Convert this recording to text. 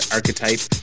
Archetype